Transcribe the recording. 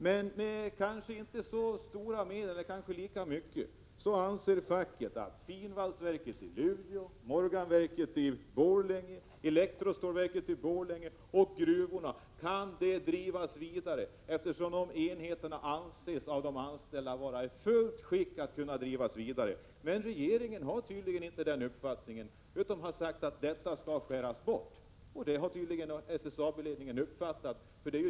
Men facket anser att finvalsverket i Luleå, Morganverket i Borlänge, elektrostålverket i Borlänge och gruvorna kan med samma medel drivas vidare. Dessa enheter anser de anställda vara fullt ut i skick att drivas vidare. Men regeringen har tydligen inte den uppfattningen. Regeringen har sagt att detta skall skäras bort. SSAB-ledningen har tydligen uppfattat det.